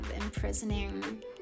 imprisoning